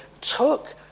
took